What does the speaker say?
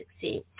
succeed